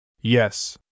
Yes